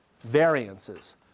variances